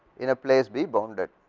in a place be bounded,